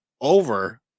over